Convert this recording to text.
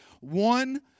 one